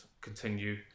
continue